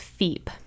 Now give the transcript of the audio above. FEEP